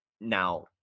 now